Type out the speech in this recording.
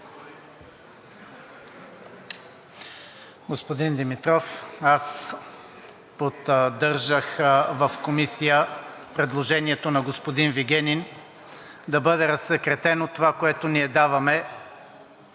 Господин Димитров, аз поддържах в Комисията предложението на господин Вигенин да бъде разсекретено това, което ние даваме